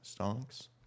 Stonks